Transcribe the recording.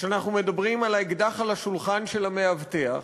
כשאנחנו מדברים על האקדח על השולחן של המאבטח,